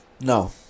No